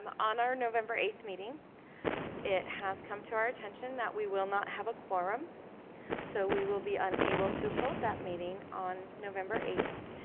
um on our november eighth meeting it has come to our attention that we will not have a quorum so we will be unable to hold that meeting on november eighth